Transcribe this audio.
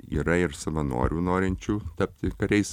yra ir savanorių norinčių tapti kariais